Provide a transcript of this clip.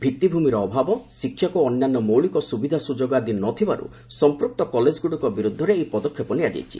ଭିତ୍ତିଭୂମିର ଅଭାବ ଶିକ୍ଷକ ଓ ଅନ୍ୟାନ୍ୟ ମୌଳିକ ସୁବିଧା ସୁଯୋଗ ଆଦି ନଥିବାରୁ ସଂପୂକ୍ତ କଲେଜଗୁଡ଼ିକ ବିରୁଦ୍ଧରେ ଏହି ପଦକ୍ଷେପ ନିଆଯାଇଛି